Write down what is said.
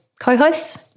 co-hosts